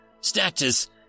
Status